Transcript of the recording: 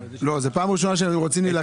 לא, זאת פעם ראשונה שהם רוצים להילחם בהון השחור.